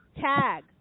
tag